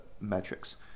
metrics